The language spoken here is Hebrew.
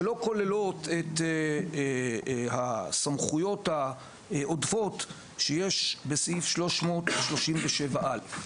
שלא כוללים את הסמכויות העודפות שיש בסעיף 337(א).